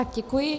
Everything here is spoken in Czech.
Děkuji.